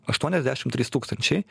aštuoniasdešimt trys tūkstančiai